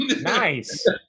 Nice